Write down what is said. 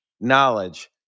knowledge